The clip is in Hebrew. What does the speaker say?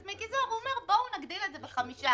מיקי זוהר ואומר: בוא נגדיל את זה ב-5%.